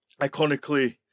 iconically